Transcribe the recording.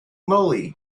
moly